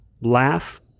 laugh